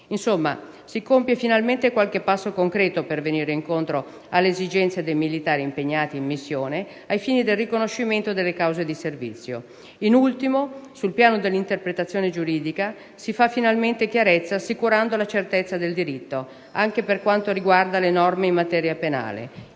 Insomma, si compie finalmente qualche passo concreto per venire incontro alle esigenze dei militari impegnati in missione, ai fini del riconoscimento delle cause di servizio. In ultimo, sul piano dell'interpretazione giuridica si fa finalmente chiarezza, assicurando la certezza del diritto, anche per quanto riguarda le norme in materia penale.